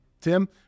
Tim